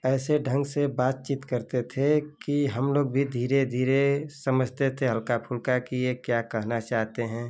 ऐसे ढंग से बातचीत करते थे कि हम लोग भी धीरे धीरे समझते थे हल्का फुल्का कि ये क्या कहना चाहते हैं